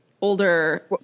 older